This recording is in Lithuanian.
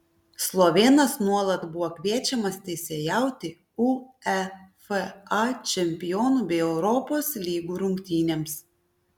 slovėnas nuolat buvo kviečiamas teisėjauti uefa čempionų bei europos lygų rungtynėms